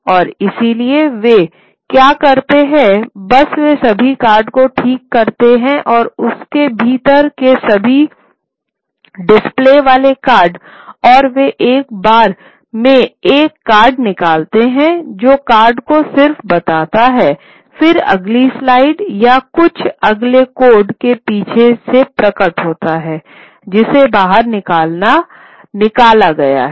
और इसलिए वे क्या करते हैं बस वे सभी कार्ड को ठीक करते हैं और उसके भीतर के सभी डिस्प्ले वाले कार्ड और वे एक बार में एक कार्ड निकालते हैं जो कार्ड को सिर्फ बताता हैं फिर अगली स्लाइड या अगले कार्ड के पीछे से प्रकट होता है जिसे बाहर निकाला गया है